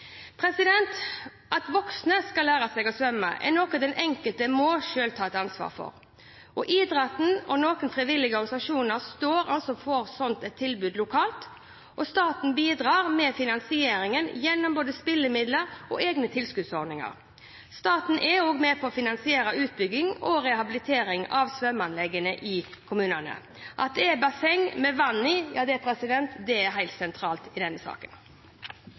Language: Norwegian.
At voksne skal lære å svømme, er noe den enkelte selv må ta ansvar for. Idretten og noen frivillige organisasjoner står for slike tilbud lokalt. Staten bidrar med finansiering gjennom spillemidler og egne tilskuddsordninger. Staten er også med på å finansiere utbygging og rehabilitering av svømmeanlegg i kommunene. At det er basseng med vann i, er helt sentralt i denne